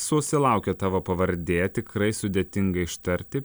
susilaukia tavo pavardė tikrai sudėtinga ištarti